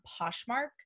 Poshmark